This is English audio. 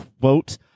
quote